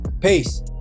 Peace